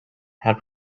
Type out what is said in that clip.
had